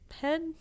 head